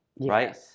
right